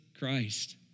Christ